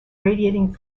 radiating